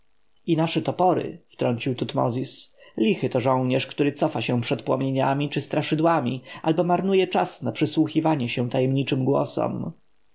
nasze topory wtrącił tutmozis lichy to żołnierz który cofa się przed płomieniami czy straszydłami albo marnuje czas na przysłuchiwanie się tajemniczym głosom